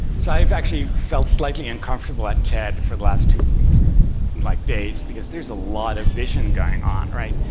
so i've actually felt slightly uncomfortable at ted for the last two like days, because there's a lot of vision going on, right?